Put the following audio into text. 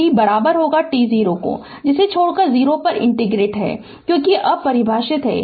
तो t t0 को छोड़कर इंटीग्रेट 0 है क्योंकि यह अपरिभाषित है